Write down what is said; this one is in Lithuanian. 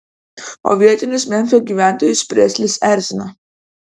o vietinius memfio gyventojus preslis erzina